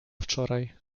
wczoraj